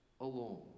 alone